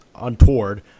untoward